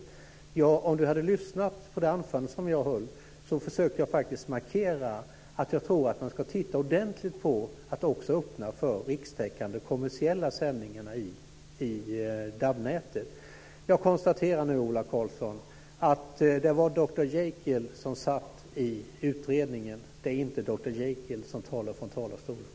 Om Ola Karlsson hade lyssnat på mitt anförande så hade han hört att jag där försökte markera att jag tror att man ska titta ordentligt på om man också ska öppna för rikstäckande kommersiella sändningar i DAB-nätet. Jag konstaterar nu, Ola Karlsson, att det var dr Jekyll som satt i utredningen. Det är inte dr Jekyll som talar från talarstolen.